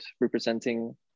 representing